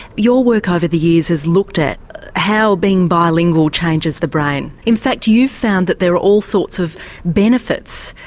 your work over the years has looked at how being bilingual changes the brain. in fact you found that there are all sorts of benefits,